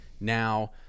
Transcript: now